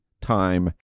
time